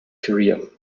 career